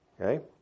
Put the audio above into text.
Okay